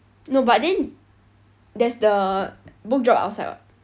no but then there's the book drop outside [what]